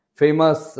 famous